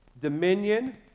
dominion